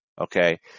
Okay